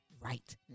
right